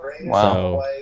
Wow